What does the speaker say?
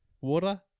water